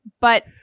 but-